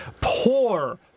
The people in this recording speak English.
poor